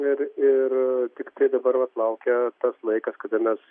ir ir tiktai dabar vat laukia tas laikas kada mes